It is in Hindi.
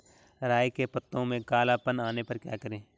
राई के पत्तों में काला पन आने पर क्या करें?